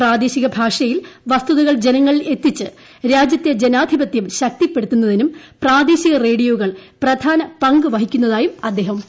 പ്രാദേ ശിക ഭാഷയിൽ വസ്തുതകൾ ജനങ്ങളിൽ എത്തിച്ച് രാജ്യത്തെ ജനാധിപതൃം ശക്തിപ്പെടുത്തുന്നതീനും പ്രാദേശിക റേഡിയോകൾ പ്രധാന പങ്ക് വഹിക്കുന്നതായും അദ്ദേഹം പറഞ്ഞു